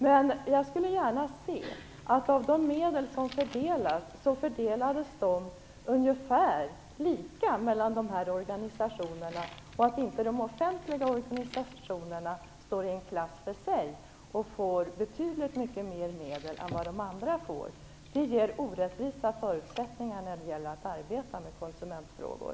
Med jag skulle gärna se att de medel som utbetalas fördelades ungefär lika mellan de här organisationerna, och att de offentliga organisationerna inte ställs i en klass för sig och får betydligt mer medel än de andra. Det ger orättvisa förutsättningar när det gäller att arbeta med konsumentfrågor.